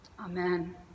Amen